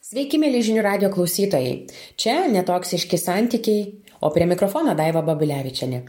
sveiki mieli žinių radijo klausytojai čia netoksiški santykiai o prie mikrofono daiva babilevičienė